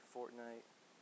Fortnite